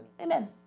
Amen